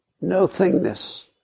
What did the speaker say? no-thingness